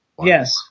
Yes